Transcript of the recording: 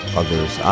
others